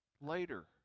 later